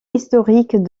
historiques